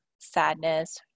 sadness